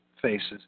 faces